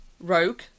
rogue